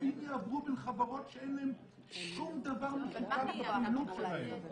כספים יעברו בין חברות שאין להן שום דבר משותף בפעילות שלהן.